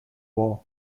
war